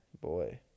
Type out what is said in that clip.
boy